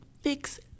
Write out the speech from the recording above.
fix